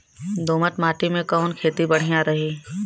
दोमट माटी में कवन खेती बढ़िया रही?